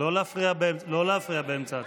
נגד לא להפריע באמצע ההקראה.